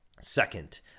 second